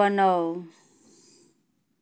बनाउ